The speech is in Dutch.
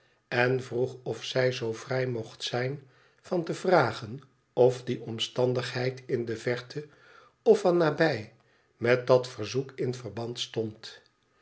en vroeg of zij zoo vrij mocht zijn van te vragen of die omstandigheid in de verte of van nabij met dat verzoek in verband stond